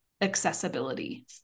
accessibility